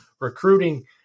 recruiting